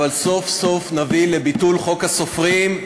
אבל סוף-סוף נביא לביטול חוק הסופרים,